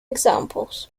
examples